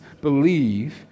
believe